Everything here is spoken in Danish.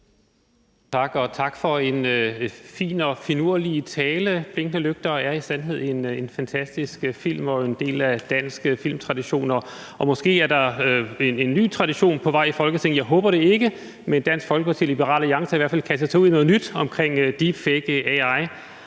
tak for en fin og finurlig tale. »Blinkende lygter« er i sandhed en fantastisk film og en del af dansk filmtradition. Måske er der en ny tradition på vej i Folketinget. Jeg håber det ikke, men Dansk Folkeparti og Liberal Alliance har i hvert fald kastet